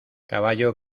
caballo